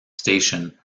station